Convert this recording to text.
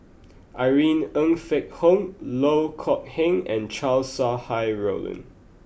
Irene Ng Phek Hoong Loh Kok Heng and Chow Sau Hai Roland